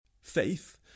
Faith